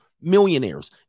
millionaires